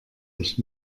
ich